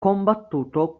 combattuto